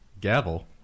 gavel